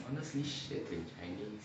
and the free shipping